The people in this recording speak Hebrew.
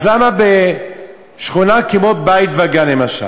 אז למה בשכונה כמו בית-וגן למשל,